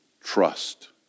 trust